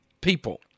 people